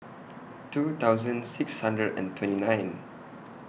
two thousand six hundred and twenty nine